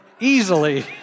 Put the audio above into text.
Easily